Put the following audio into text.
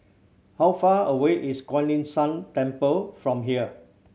how far away is Kuan Yin San Temple from here